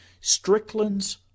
Strickland's